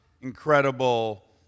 incredible